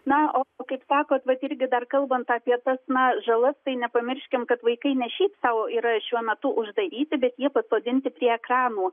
na o kaip sakot vat irgi dar kalbant apie tas na žalas tai nepamirškim kad vaikai ne šiaip sau yra šiuo metu uždaryti bet jie pasodinti prie ekranų